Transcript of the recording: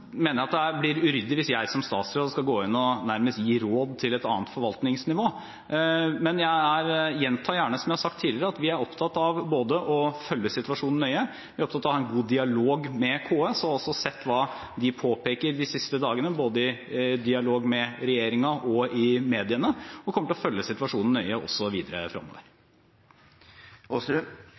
nærmest gi råd til et annet forvaltningsnivå, men jeg gjentar gjerne det jeg har sagt tidligere: Vi er opptatt av både å følge situasjonen nøye og å ha en god dialog med KS. Vi har sett hva KS har påpekt de siste dagene – både i dialog med regjeringen og i mediene – og vi kommer til å følge situasjonen nøye også videre